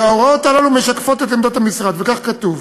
וההוראות הללו משקפות את עמדת המשרד, וכך כתוב